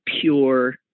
pure